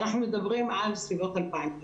אנחנו מדברים על בסביבות 2,000 תלמידים.